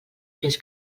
fins